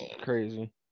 crazy